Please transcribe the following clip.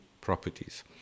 properties